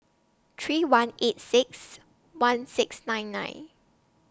three one eight six one six nine nine